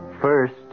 First